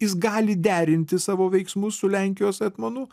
jis gali derinti savo veiksmus su lenkijos etmonu